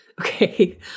Okay